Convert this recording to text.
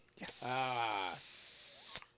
Yes